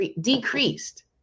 decreased